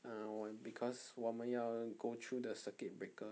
ah 我 because 我们要 go through the circuit breaker